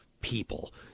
people